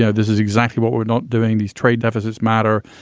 yeah this is exactly what we're not doing. these trade deficits matter.